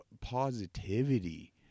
positivity